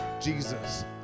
Jesus